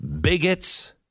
bigots